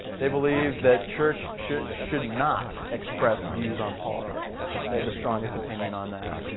they believe that church should should not express views on politics. they had the strongest opinion on that.